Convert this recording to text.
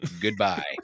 goodbye